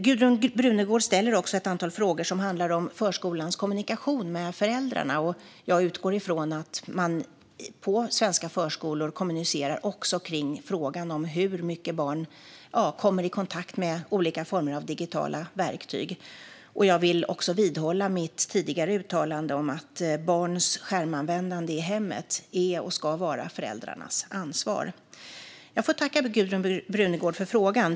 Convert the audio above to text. Gudrun Brunegård ställde ett antal frågor som handlade om förskolans kommunikation med föräldrarna. Jag utgår ifrån att man på svenska förskolor kommunicerar också kring frågan om hur mycket barn kommer i kontakt med olika former av digitala verktyg. Jag vidhåller mitt tidigare uttalande om att barns skärmanvändande i hemmet är och ska vara föräldrarnas ansvar. Jag tackar Gudrun Brunegård för frågan.